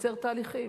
לקצר תהליכים,